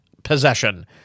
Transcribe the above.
possession